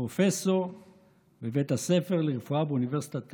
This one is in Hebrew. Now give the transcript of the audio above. פרופסור בבית הספר לרפואה באוניברסיטת קליפורניה.